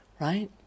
Right